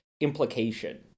implication